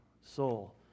soul